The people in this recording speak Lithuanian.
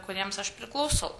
kuriems aš priklausau